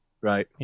Right